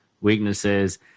weaknesses